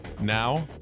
Now